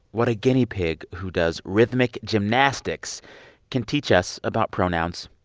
what a guinea pig who does rhythmic gymnastics can teach us about pronouns.